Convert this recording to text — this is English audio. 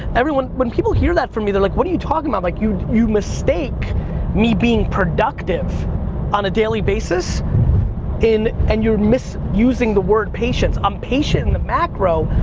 everyone, when people hear that from me, they're like, what are you talking about? i'm, like, you you mistake me being productive on a daily basis in, and you're misusing the word patience. i'm patient in the macro,